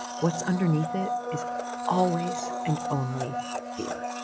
what's underneath it is always and only fear.